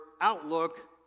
outlook